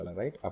right